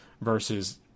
versus